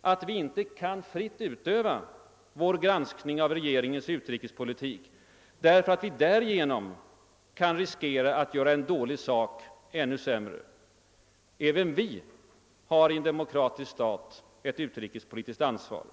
att vi inte fritt kan utöva vår granskning av regeringens utrikespolitik därför att vi därigenom kan riskera att göra en dålig sak ännu sämre. Även vi har i en demokratisk stat ett utrikespolitiskt ansvar.